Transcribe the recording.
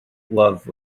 love